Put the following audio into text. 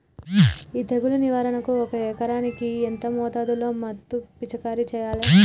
ఈ తెగులు నివారణకు ఒక ఎకరానికి ఎంత మోతాదులో మందు పిచికారీ చెయ్యాలే?